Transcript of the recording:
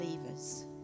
believers